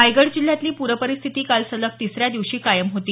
रायगड जिल्ह्यातली पूरस्थिती काल सलग तिसऱ्या दिवशी कायम होती